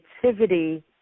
creativity